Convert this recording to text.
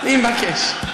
אני מבקש.